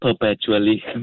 perpetually